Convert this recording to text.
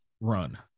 run